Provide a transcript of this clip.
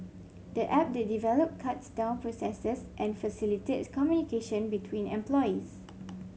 the app they developed cuts down processes and facilitate communication between employees